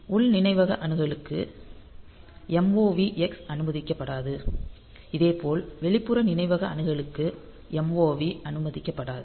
உள் நினைவக அணுகலுக்கு MOVX அனுமதிக்கப்படாது இதேபோல் வெளிப்புற நினைவக அணுகலுக்கு MOV அனுமதிக்கப்படாது